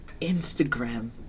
Instagram